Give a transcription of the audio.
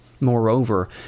Moreover